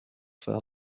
faire